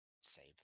save